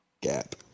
Gap